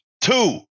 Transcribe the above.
Two